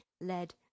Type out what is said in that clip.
lead